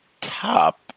top